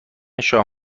شاه